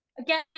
again